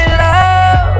love